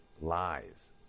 lies